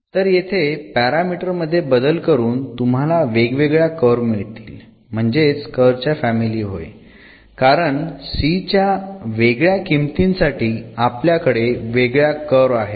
तर येथे पॅरामीटर मध्ये बदल करून तुम्हाला वेगवेगळ्या कर्व मिळतील म्हणजेच कर्व च्या फॅमिली होय कारण c च्या वेगळ्या किमतींसाठी आपल्याकडे वेगळ्या कर्व आहेत